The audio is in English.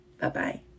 Bye-bye